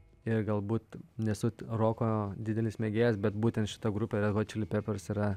ir galbūt nesu roko didelis mėgėjas bet būtent šita grupė red čili pepers yra